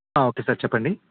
okay sir చెప్పండి